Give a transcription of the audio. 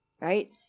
right